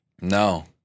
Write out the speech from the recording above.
No